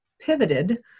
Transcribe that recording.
pivoted